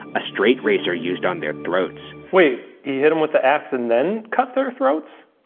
a straight razor used on their throats. wait, he hit them with the axe and then cut their throats?